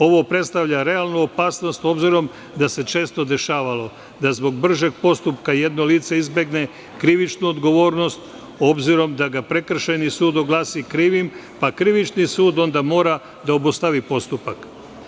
Ovo predstavlja realnu opasnost obzirom da se često dešavalo da zbog bržeg postupka jedno lice izbegne krivičnu odgovornost obzirom da ga prekršajni sud oglasi krivim, pa krivični sud onda mora da obustavi postupak.